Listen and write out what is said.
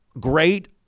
great